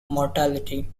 mortality